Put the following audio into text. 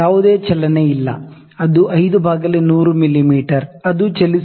ಯಾವುದೇ ಚಲನೆ ಇಲ್ಲ ಅದು 5 ಬೈ 100 ಮಿಮೀ ಅದು ಚಲಿಸುವುದಿಲ್ಲ